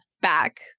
back